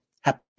Happy